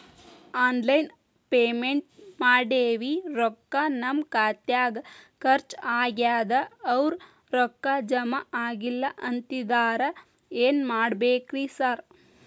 Online payment ಮಾಡೇವಿ ರೊಕ್ಕಾ ನಮ್ ಖಾತ್ಯಾಗ ಖರ್ಚ್ ಆಗ್ಯಾದ ಅವ್ರ್ ರೊಕ್ಕ ಜಮಾ ಆಗಿಲ್ಲ ಅಂತಿದ್ದಾರ ಏನ್ ಮಾಡ್ಬೇಕ್ರಿ ಸರ್?